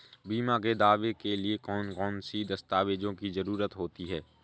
बीमा के दावे के लिए कौन कौन सी दस्तावेजों की जरूरत होती है?